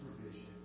provision